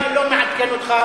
אף אחד לא מעדכן אותך,